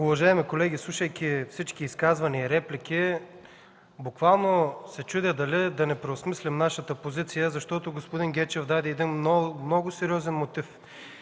Уважаеми колеги, слушайки всички изказвания и реплики, буквално се чудя дали да не преосмислим нашата позиция. Защото господи Гечев даде един много сериозен мотив